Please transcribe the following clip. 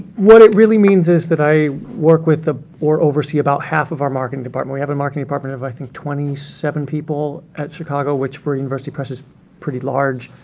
what it really means is that i work with ah the-or oversee about half of our marketing department. we have a marking department of i think twenty seven people at chicago, which for university press is pretty large,